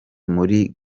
muri